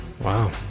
Wow